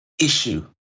issue